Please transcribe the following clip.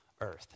earth